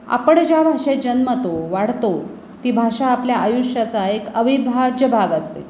आपण ज्या भाषेत जन्मतो वाढतो ती भाषा आपल्या आयुष्याचा एक अविभाज्य भाग असते